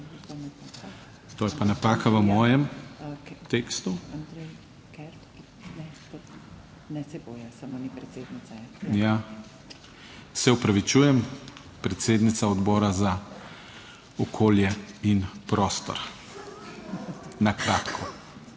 To je pa napaka v mojem tekstu… Se opravičujem, predsednica Odbora za okolje in prostor, na kratko.